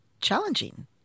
challenging